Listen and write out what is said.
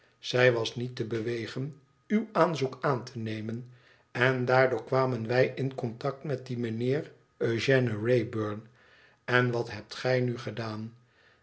zij was niet te bewegen uw aanzoek aan te nemen en daardoor kwamen wij in contact met dien meneer eugène wraybum en wat hebt gij nu gedaan